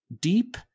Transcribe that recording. deep